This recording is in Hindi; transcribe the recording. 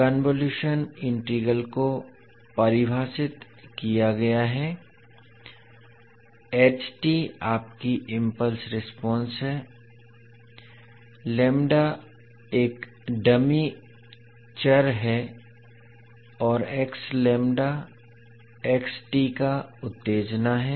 कन्वोलुशन इंटीग्रल को परिभाषित किया गया है आपकी इम्पल्स रेस्पोंस है एक डमी चर है और का उत्तेजना है